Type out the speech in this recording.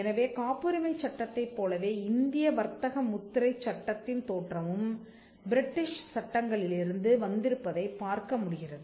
எனவே காப்புரிமை சட்டத்தை போலவே இந்திய வர்த்தக முத்திரைச் சட்டத்தின் தோற்றமும் பிரிட்டிஷ் சட்டங்களிலிருந்து வந்திருப்பதைப் பார்க்க முடிகிறது